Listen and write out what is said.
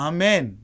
Amen